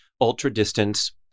ultra-distance